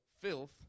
filth